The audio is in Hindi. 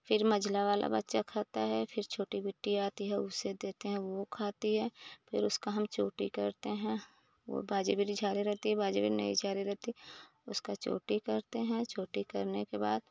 फिर मंझला वाला बच्चा खाता है फिर छोटी बिट्टी आती है उसे देते हैं वह खाती है फिर उसकी हम चोटी करते हैं वह बाजे बेरी झाड़े रहती है बाजे बेड़ी नहीं झाड़े रहती है उसकी चोटी करते हैं चोटी करने के बाद